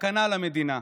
סכנה למדינה.